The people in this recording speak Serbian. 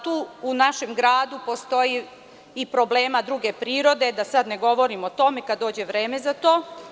Tu u našem gradu postoje i problemi druge prirode, da sada ne govorim o tome, kada dođe vreme za to.